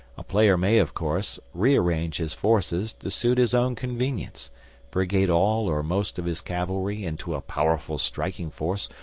a player may, of course, rearrange his forces to suit his own convenience brigade all or most of his cavalry into a powerful striking force,